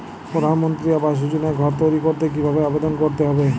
প্রধানমন্ত্রী আবাস যোজনায় ঘর তৈরি করতে কিভাবে আবেদন করতে হবে?